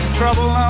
trouble